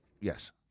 Yes